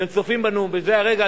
והם צופים בזה הרגע,